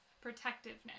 protectiveness